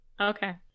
Okay